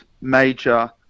major